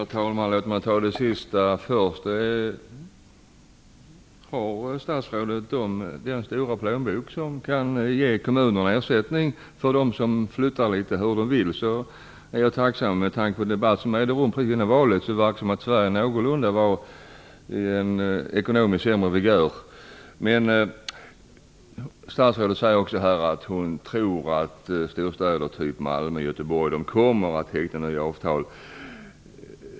Herr talman! Låt mig ta det sista först. Om statsrådet har den stora plånbok som kan ge kommunerna ersättning för dem som flyttar litet hur de vill är jag tacksam. Med tanke på den debatt som ägde rum precis innan valet verkade det som om Sverige var vid en något sämre ekonomisk vigör. Statsrådet säger att hon tror att storstäder, som Malmö och Göteborg, kommer att teckna nya avtal.